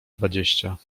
dwadzieścia